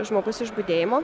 žmogus iš budėjimo